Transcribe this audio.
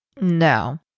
no